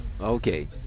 Okay